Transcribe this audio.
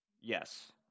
yes